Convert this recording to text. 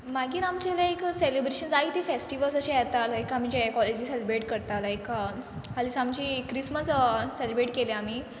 मागीर आमचें लायक सॅलिब्रेशन जायते फॅस्टिवल्स अशे येता लायक आमी जे कॉलेजी सॅलिब्रेट करता लायक हालींच आमची क्रिसमस सॅलिब्रेट केली आमी